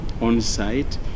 on-site